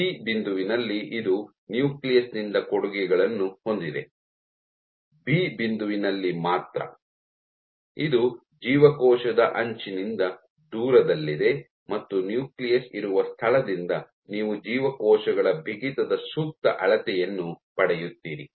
C ಬಿಂದುವಿನಲ್ಲಿ ಇದು nucleus ನಿಂದ ಕೊಡುಗೆಗಳನ್ನು ಹೊಂದಿದೆ ಬಿ ಬಿಂದುವಿನಲ್ಲಿ ಮಾತ್ರ ಇದು ಜೀವಕೋಶದ ಅಂಚಿನಿಂದ ದೂರದಲ್ಲಿದೆ ಮತ್ತು ನ್ಯೂಕ್ಲಿಯಸ್ ಇರುವ ಸ್ಥಳದಿಂದ ನೀವು ಜೀವಕೋಶಗಳ ಬಿಗಿತದ ಸೂಕ್ತ ಅಳತೆಯನ್ನು ಪಡೆಯುತ್ತೀರಿ